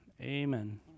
Amen